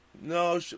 No